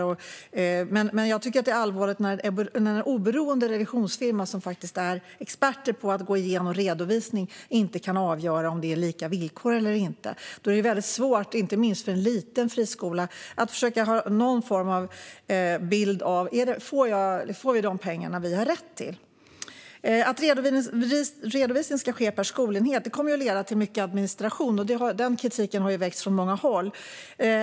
Men jag tycker att det är allvarligt när en oberoende revisionsfirma, som är expert på att gå igenom redovisning, inte kan avgöra om det råder lika villkor eller inte. Då är det svårt, inte minst för en liten friskola, att försöka få någon form av bild av om man får de pengar man har rätt till. Att redovisning ska ske per skolenhet kommer att leda till mycket administration. Den kritiken har väckts från många håll.